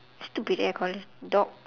stupid eh I call it dog